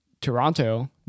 Toronto